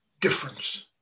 difference